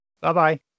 Bye-bye